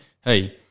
hey